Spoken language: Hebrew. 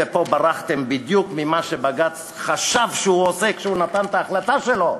ופה בדיוק ברחתם ממה שבג"ץ חשב שהוא עושה כשהוא נתן את ההחלטה שלו.